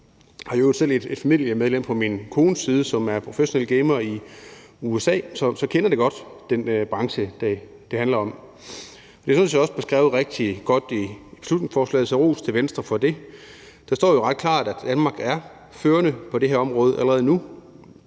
Jeg har i øvrigt selv et familiemedlem på min kones side, som er professionel gamer i USA, så jeg kender godt den branche, det handler om. Det er sådan set også beskrevet rigtig godt i beslutningsforslaget, så ros til Venstre for det. Der står jo ret klart, at Danmark er førende på det her område allerede nu,